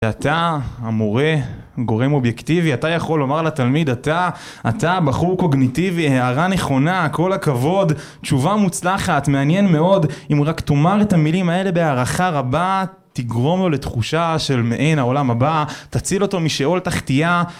אתה, המורה, גורם אובייקטיבי, אתה יכול לומר לתלמיד, אתה, אתה, בחור קוגניטיבי, הערה נכונה, כל הכבוד, תשובה מוצלחת, מעניין מאוד, אם רק תאמר את המילים האלה בהערכה רבה, תגרום לו לתחושה של מעין העולם הבא, תציל אותו משאול תחתיה.